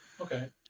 Okay